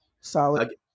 Solid